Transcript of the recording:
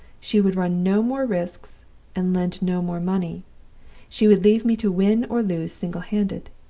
she would run no more risks and lend no more money she would leave me to win or lose single-handed.